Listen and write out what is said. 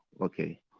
okay